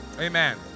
Amen